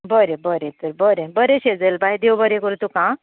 बरें बरें तर बरें बरें सेजल बाय देव बरें करूं तुका आं